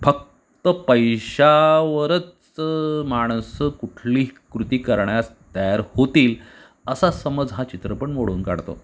फक्त पैशावरच माणसं कुठली कृती करण्यास तयार होतील असा समज हा चित्रपट मोडून काढतो